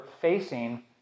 facing